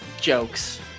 jokes